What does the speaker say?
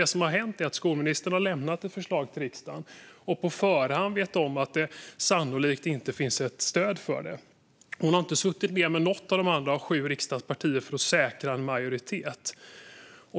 Det som har hänt är att skolministern har lämnat ett förslag till riksdagen och på förhand vetat om att det sannolikt inte finns ett stöd för det. Hon har inte suttit ned med något av de andra sju riksdagspartierna för att säkra en majoritet.